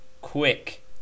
Quick